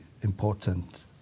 important